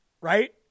right